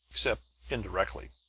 except indirectly.